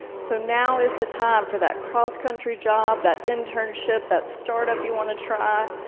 so now is the time for that cross-country job, that internship, that startup you want to try.